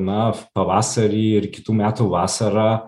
na pavasarį ir kitų metų vasarą